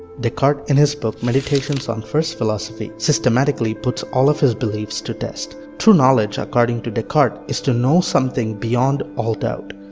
descartes, in his book meditations on first philosophy, systematically puts all of his beliefs to test. true knowledge according to descartes is to know something beyond all doubt.